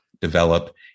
develop